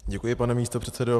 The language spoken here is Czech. Děkuji, pane místopředsedo.